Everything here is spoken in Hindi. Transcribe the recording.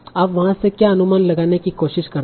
आप वहाँ से क्या अनुमान लगाने की कोशिश करते हैं